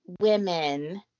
women